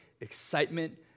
excitement